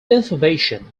information